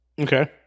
Okay